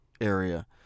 area